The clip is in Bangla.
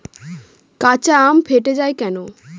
কাঁচা আম ফেটে য়ায় কেন?